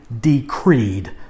decreed